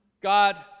God